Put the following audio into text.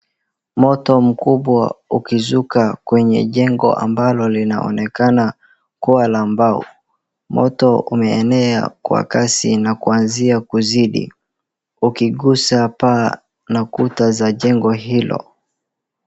Moto mkubwa ukishuka kwenye jengo ambalo linaonekana kuwa la mbao, moto umeenea kwa kasi na kuanzia kuzidi ,ukigusa paa na kuta za jengo hilo.